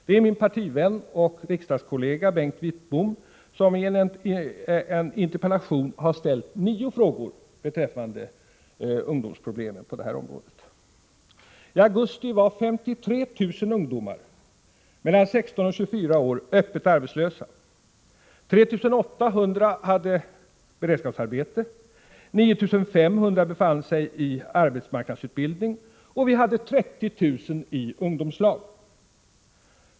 Det är min partivän och riksdagskollega Bengt Wittbom, som i en interpellation har ställt nio frågor beträffande ungdomsproblemen på detta område. I augusti var 53 000 ungdomar mellan 16 och 24 år öppet arbetslösa. 3 800 hade beredskapsarbete. 9 500 befann sig i arbetsmarknadsutbildning och 30 000 i ungdomslag.